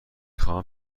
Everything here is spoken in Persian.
خواهم